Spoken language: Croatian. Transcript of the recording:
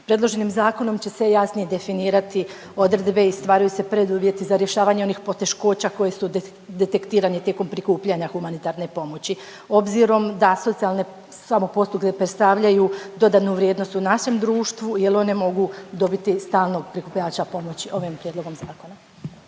predloženim zakonom će se jasnije definirati odredbe i stvaraju se preduvjeti za rješavanje onih poteškoća koji su detektirani tijekom prikupljanja humanitarne pomoći. Obzirom da socijalne samoposluge predstavljaju dodanu vrijednost u našem društvu jel one mogu dobiti stalnog prikupljača pomoći ovim prijedlogom zakona?